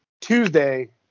Tuesday